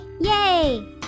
Yay